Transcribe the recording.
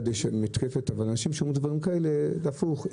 יש מתקפה אבל כשאנשים אומרים דברים כאלה זה להיפך.